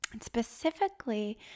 Specifically